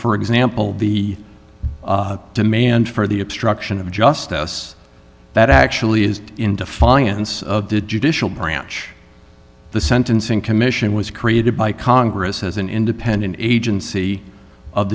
for example the demand for the obstruction of justice that actually is into finance of the judicial branch the sentencing commission was created by congress as an independent agency of